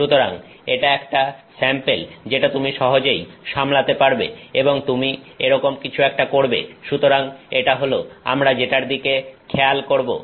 সুতরাং এটা একটা স্যাম্পেল যেটা তুমি সহজেই সামলাতে পারবে এবং তুমি এরকম কিছু একটা করবে সুতরাং এটা হল আমরা যেটার দিকে খেয়াল করব